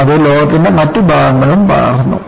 അത് ലോകത്തിന്റെ മറ്റു ഭാഗങ്ങളിലും പറന്നു